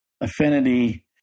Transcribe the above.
affinity